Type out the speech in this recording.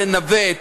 לנווט,